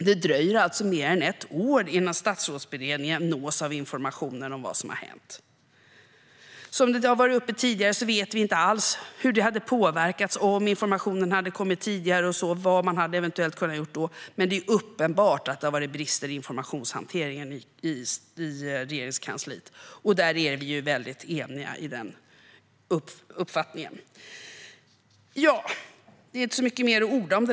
Det dröjer mer än ett år innan Statsrådsberedningen nås av informationen om vad som hänt. Som varit uppe tidigare vet vi inte alls hur det hade påverkat om informationen hade kommit tidigare eller vad man eventuellt kunde ha gjort då. Men det är uppenbart att det har funnits brister i informationshanteringen i Regeringskansliet. Vi är eniga i den uppfattningen. Det är kanske inte så mycket mer att orda om.